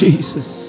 Jesus